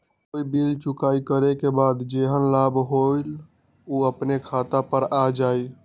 कोई बिल चुकाई करे के बाद जेहन लाभ होल उ अपने खाता पर आ जाई?